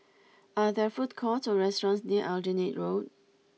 are there food courts or restaurants near Aljunied Road